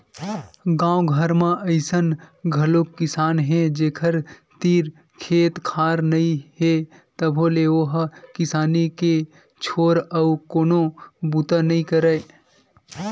गाँव घर म अइसन घलोक किसान हे जेखर तीर खेत खार नइ हे तभो ले ओ ह किसानी के छोर अउ कोनो बूता नइ करय